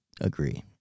agree